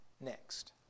next